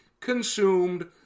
consumed